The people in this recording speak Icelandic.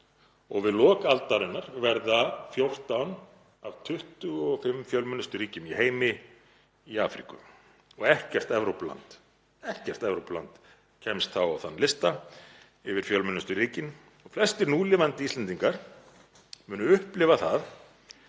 ár. Við lok aldarinnar verða 14 af 25 fjölmennustu ríkjum í heimi í Afríku og ekkert Evrópuland kemst þá á lista yfir fjölmennustu ríkin. Flestir núlifandi Íslendingar munu upplifa það